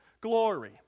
glory